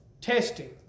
testing